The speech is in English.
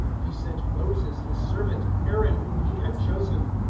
he sent moses, his servant, aaron whom he had chosen.